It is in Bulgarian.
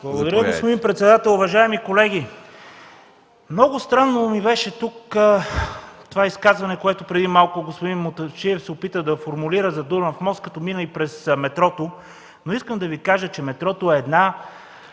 Благодаря, господин председател. Уважаеми колеги, много странно ми беше изказването, в което тук преди малко господин Мутафчиев се опита да формулира нещата за Дунав мост, като мина и през метрото. Искам да Ви кажа, че метрото е нагледна